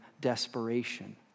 desperation